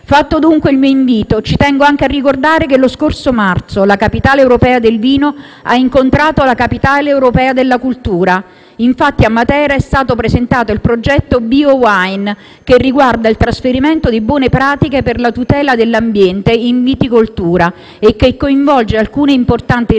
Fatto dunque il mio invito, ci tengo anche a ricordare che lo scorso marzo la capitale europea del vino ha incontrato la capitale europea della cultura; infatti, a Matera, è stato presentato il progetto Biowine, che riguarda il trasferimento di buone pratiche per la tutela dell'ambiente in viticoltura e che coinvolge alcune importanti realtà